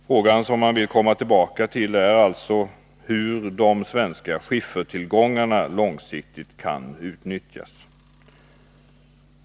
Frågan, som man vill komma tillbaka till, är alltså hur de svenska skiffertillgångarna långsiktigt kan utnyttjas.